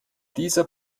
dieser